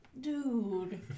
Dude